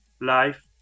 life